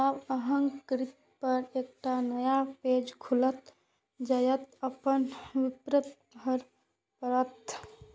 आब अहांक स्क्रीन पर एकटा नया पेज खुलत, जतय अपन विवरण भरय पड़त